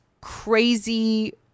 crazy